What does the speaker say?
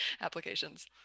applications